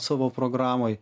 savo programoj